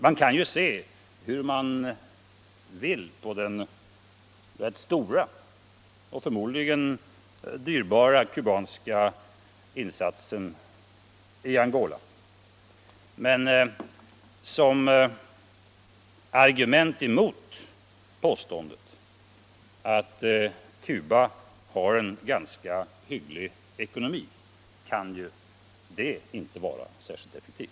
Man kan ju se hur man vill på den förmodligen dyrbara kubanska insatsen i Angola, men som argument mot påståendet att Cuba har en ganska hygglig ekonomi kan den här insatsen inte vara särskilt effektiv.